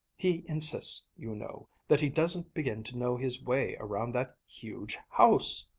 he insists, you know, that he doesn't begin to know his way around that huge house!